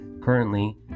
currently